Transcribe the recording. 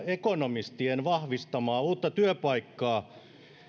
ekonomistien vahvistamaa uutta työpaikkaa